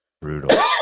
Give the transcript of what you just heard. brutal